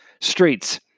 streets